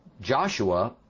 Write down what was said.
Joshua